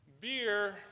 beer